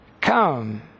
Come